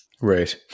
Right